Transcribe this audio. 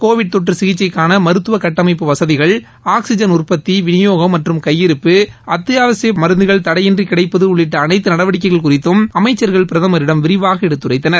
Covid தொற்று சிகிச்சைக்கான மருத்துவ கட்டமைப்பு வசதிகள் ஆக்ஸிஜன் உற்பத்தி விநியோகம் மற்றும் கையிருப்பு அத்தியாவசியப் மருந்துகள் தடையின்றி கிடைப்பது உள்ளிட்ட அனைத்து நடவடிக்கைகள் குறித்தும் அமைச்சர்கள் பிரதமரிடம் விரிவாக எடுத்துரைத்தனர்